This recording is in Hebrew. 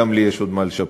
גם לי יש עוד מה לשפר.